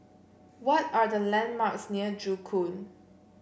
what are the landmarks near Joo Koon